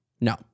No